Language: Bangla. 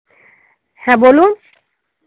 হ্যাঁ বলুন